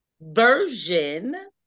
version